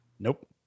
Nope